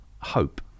hope